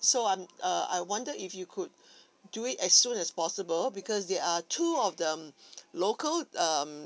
so I'm uh I wonder if you could do it as soon as possible because there are two of um local um